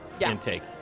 intake